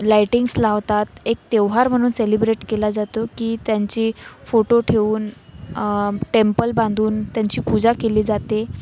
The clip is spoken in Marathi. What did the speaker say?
लाईटींग्स लावतात एक त्योहार म्हणून सेलिब्रेट केला जातो की त्यांची फोटो ठेऊन टेंपल बांधून त्यांची पूजा केली जाते